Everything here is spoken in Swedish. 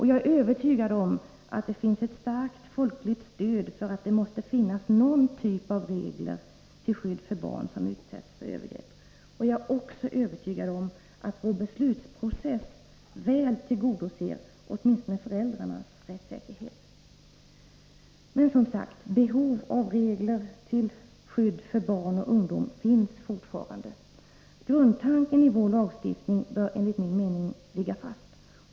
Jag är övertygad om att det finns ett starkt folkligt stöd för att vi måste ha någon typ av regler till skydd för barn som utsätts för övergrepp. Jag är också övertygad om att vår beslutsprocess väl tillgodoser åtminstone föräldrarnas krav på rättssäkerhet. Men som sagt: Behov av regler till skydd för barn och ungdom finns fortfarande. Grundtanken i vår lagstiftning bör enligt min mening ligga fast.